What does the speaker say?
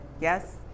yes